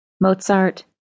Mozart